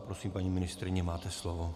Prosím, paní ministryně, máte slovo.